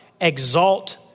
Exalt